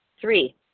Three